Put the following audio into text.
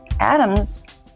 Adam's